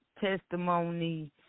testimony